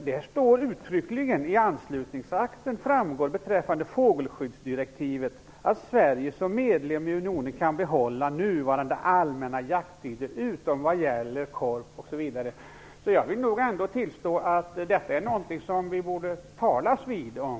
Där står uttryckligen: I anslutningsakten framgår beträffande fågelskyddsdirektivet att Sverige som medlem i unionen kan behålla nuvarande allmänna jakttider utom vad gäller korp osv. Jag vill nog ändå tillstå att det är något som vi borde talas vid om.